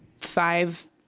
five